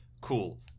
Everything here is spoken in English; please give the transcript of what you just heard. cool